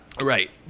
Right